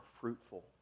fruitful